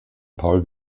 paul